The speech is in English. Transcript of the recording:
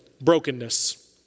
brokenness